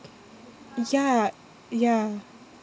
ya ya